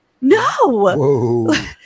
no